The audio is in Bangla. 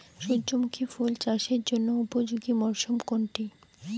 সূর্যমুখী ফুল চাষের জন্য উপযোগী মরসুম কোনটি?